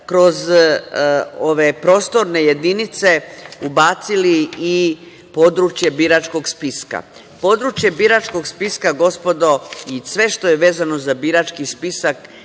kroz ove prostorne jedinice ubacili i područje biračkog spiska. Područje biračkog spiska, gospodo i sve što je vezano za birački spisak